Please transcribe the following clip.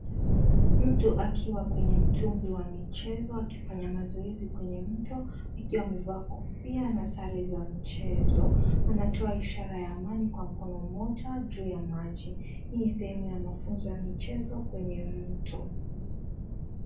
Mtu akiwa kwenye mtumbwi wa mchezo akifanya mazoezi kwenye mto akiwa amevaa kofia na sare za mchezo. Wanatoa ishara ya amani kwa mkono mmoja juu ya maji. Hii ni sehemu ya mafunzo ya michezo kwenye mto.